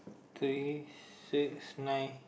three six nine